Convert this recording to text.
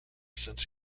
since